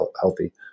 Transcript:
healthy